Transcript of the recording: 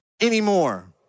anymore